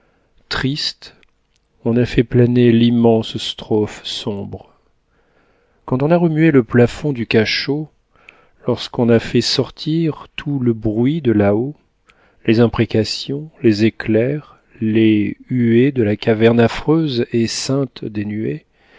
triste on a fait planer l'immense strophe sombre quand on a remué le plafond du cachot lorsqu'on a fait sortir tout le bruit de là-haut les imprécations les éclairs les huées de la caverne affreuse et sainte des nuées